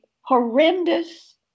horrendous